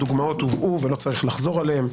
הדוגמאות הובאו ולא צריך לחזור עליהן.